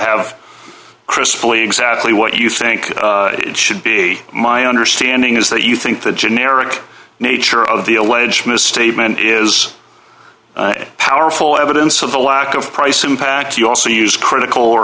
have crisply exactly what you think it should be my understanding is that you think the generic nature of the alleged misstatement is powerful evidence of the lack of price impact you also use critical